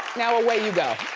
now away you go.